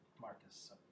Marcus